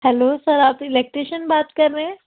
hello sir آپ electrician بات کر رہے ہیں